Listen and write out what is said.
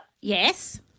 Yes